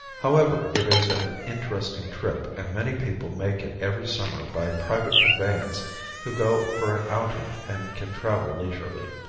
however it is an interesting trip and many people make it every summer by private conveyance who go for an outing and can travel leisurely.